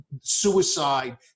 suicide